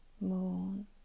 moon